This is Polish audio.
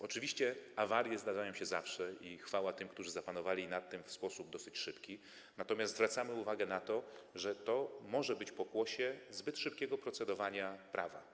Oczywiście awarie zdarzają się zawsze i chwała tym, którzy zapanowali nad tym w sposób dosyć szybki, natomiast zwracamy uwagę na to, że to może być pokłosie zbyt szybkiego procedowania nad prawem.